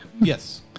Yes